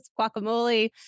guacamole